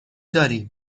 داریم